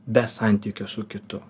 be santykio su kitu